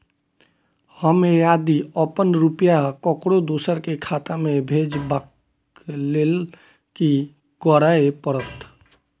हम यदि अपन रुपया ककरो दोसर के खाता में भेजबाक लेल कि करै परत?